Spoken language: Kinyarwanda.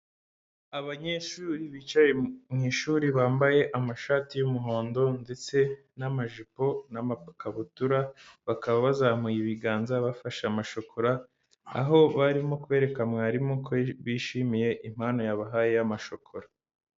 Abanyeshuri bicaye mu ishuri bambaye amashati y'umuhondo ndetse n'amajipo n'amakabutura, bakaba bazamuye ibiganza bafashe amashokora, aho barimo kwereka mwarimu ko bishimiye impano yabahaye y'amashokora.